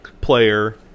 player